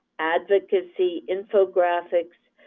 advocacy, infographics,